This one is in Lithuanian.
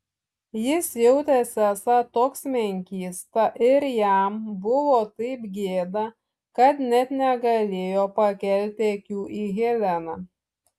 jis jautėsi esąs toks menkysta ir jam buvo taip gėda kad net negalėjo pakelti akių į heleną